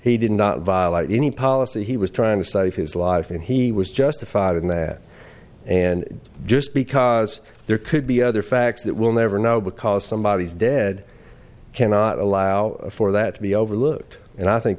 he didn't violate any policy he was trying to save his life and he was justified in that and just because there could be other facts that we'll never know because somebody is dead cannot allow for that to be overlooked and i think